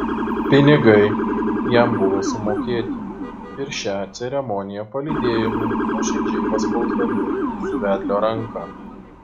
pinigai jam buvo sumokėti ir šią ceremoniją palydėjome nuoširdžiai paspausdami mūsų vedlio ranką